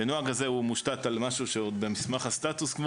והנוהג הזה מושתת על משהו שהוא עוד במסמך הסטטוס-קוו,